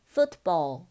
Football